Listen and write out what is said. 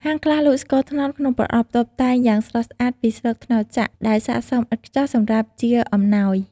ហាងខ្លះលក់ស្ករត្នោតក្នុងប្រអប់តុបតែងយ៉ាងស្រស់ស្អាតពីស្លឹកត្នោតចាក់ ដែលសាកសមឥតខ្ចោះសម្រាប់ជាអំណោយ។